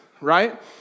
right